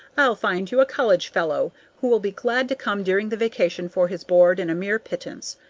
i'll find you a college fellow who'll be glad to come during the vacation for his board and a mere pittance,